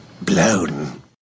blown